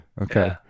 Okay